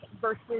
versus